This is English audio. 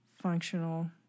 functional